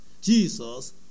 Jesus